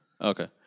Okay